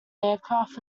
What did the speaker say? aircraft